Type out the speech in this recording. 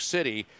City